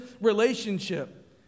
relationship